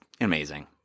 amazing